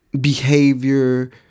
behavior